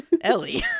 Ellie